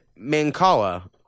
Mancala